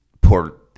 poor